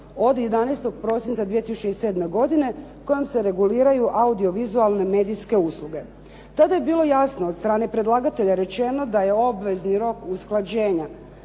od 11. prosinca 2007. godine kojom se reguliraju audiovizualne medijske usluge. Tada je bilo jasno od strane predlagatelja rečeno da je obvezni rok usklađenja